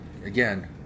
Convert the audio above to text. Again